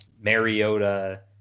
Mariota